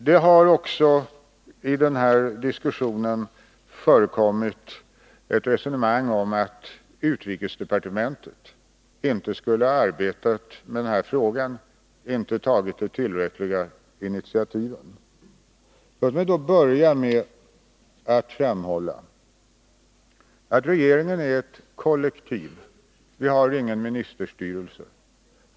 Det har också i den här diskussionen förekommit ett resonemang om att utrikesdepartementet inte skulle ha arbetat med den här frågan och inte tagit de tillräckliga initiativen. Låt mig då börja med att framhålla att regeringen är ett kollektiv, vi har ingen ministerstyrelse.